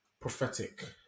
prophetic